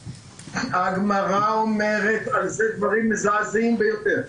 הגמרא אומרת על זה דברים מזעזעים ביותר,